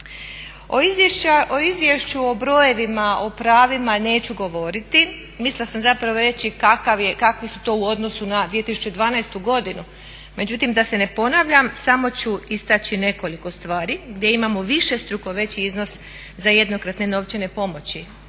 O izvješću o brojevima, o pravima neću govoriti, mislila sam zapravo reći kakvi su to u odnosu na 2012. godinu međutim, da se ne ponavljam samo ću istači nekoliko stvari gdje imamo višestruko veći iznos za jednokratne novčane pomoći,